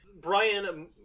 Brian